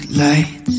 lights